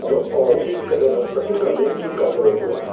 hello C O Keinou Kakching ꯒꯥꯔꯗꯦꯟꯒꯤ counter ꯑꯣꯏꯕꯤꯔ꯭ꯕ